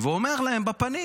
ואומר להם בפנים,